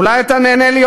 אולי אתה נהנה להיות